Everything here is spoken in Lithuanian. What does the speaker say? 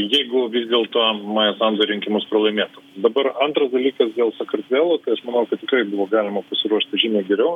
jeigu vis dėlto maja sandu rinkimus pralaimėtų dabar antras dalykas dėl sakartvelo tai aš manau kad tikrai buvo galima pasiruošt žymiai geriau